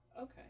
Okay